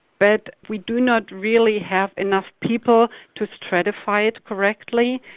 but we do not really have enough people to stratify it correctly.